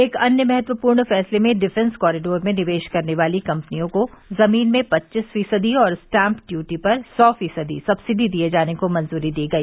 एक अन्य महत्वपूर्ण फैसले में डिफेंस कॉरीडोर में निवेश करने वाली कम्पनियों को जमीन में पच्चीस फीसदी और स्टाम्प इयूटी पर सौ फीसदी सब्सिडी दिये जाने को मंजूरी दी गई